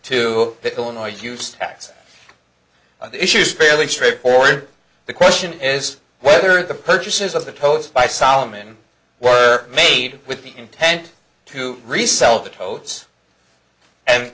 pick illinois use tax on issues fairly straightforward the question is whether the purchases of the post by solomon were made with the intent to resell the coats and